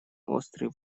острый